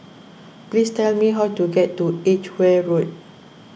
please tell me how to get to Edgeware Road